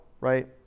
Right